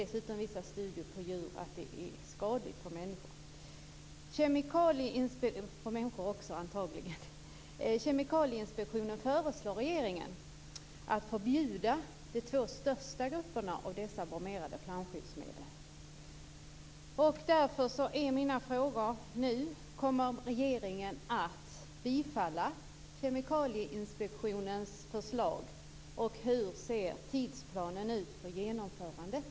Dessutom visar studier på djur att det antagligen också är skadligt för människor. Kemikalieinspektionen föreslår regeringen att förbjuda de två största grupperna av dessa bromerade flamskyddsmedel. Därför är mina frågor nu: Kommer regeringen att bifalla Kemikalieinspektionens förslag? Hur ser tidsplanen ut för genomförandet?